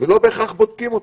לא בהכרח בודקים אותם.